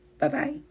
Bye-bye